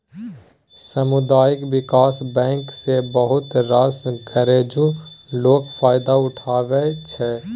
सामुदायिक बिकास बैंक सँ बहुत रास गरजु लोक फायदा उठबै छै